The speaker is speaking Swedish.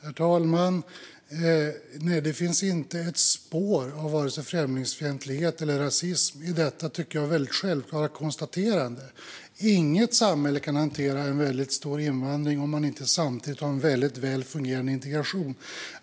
Herr talman! Nej, det finns inte ett spår av vare sig främlingsfientlighet eller rasism i detta, tycker jag, väldigt självklara konstaterande. Inget samhälle kan hantera en väldigt stor invandring om man inte samtidigt har en väl fungerande integration.